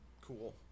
cool